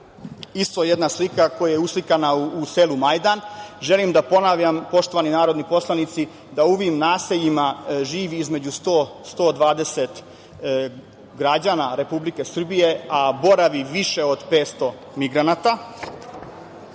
Isto jedna slika koja je uslikana u selu Majdan. Želim da ponavljam, poštovani narodni poslanici, da u ovim naseljima živi između 100, 120 građana Republike Srbije, a boravi više od 500 migranata. Na